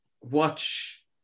watch